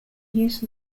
use